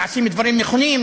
נעשים דברים נכונים,